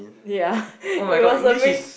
yeah there was a mix